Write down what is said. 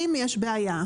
אם יש בעיה,